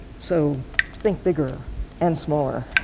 so think bigger and smaller.